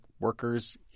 workers